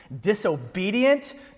disobedient